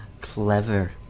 Clever